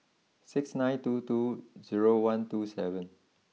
six nine two two zero one two seven